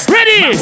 Ready